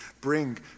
bring